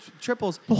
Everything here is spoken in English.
triples